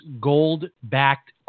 gold-backed